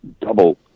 double